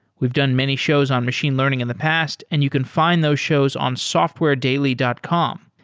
we've done many shows on machine learning in the past and you can find those shows on softwaredaily dot com.